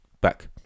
back